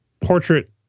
Portrait